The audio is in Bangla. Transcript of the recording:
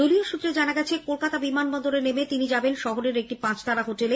দলীয় সূত্রে জানা গেছে কলকাতা বিমানবন্দরে নেমে তিনি যাবেন শহরের একটি পাঁচতারা হোটেলে